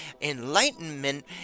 enlightenment